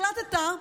החלטת,